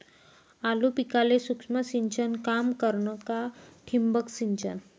आलू पिकाले सूक्ष्म सिंचन काम करन का ठिबक सिंचन?